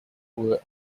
were